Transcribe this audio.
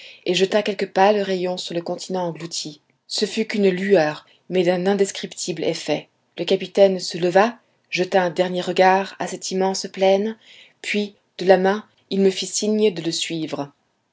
et jeta quelques pâles rayons sur le continent englouti ce ne fut qu'une lueur mais d'un indescriptible effet le capitaine se leva jeta un dernier regard à cette immense plaine puis de la main il me fit signe de le suivre